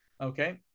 okay